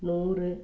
நூறு